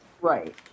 Right